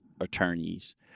attorneys